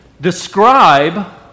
describe